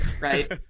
right